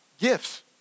gifts